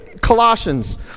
Colossians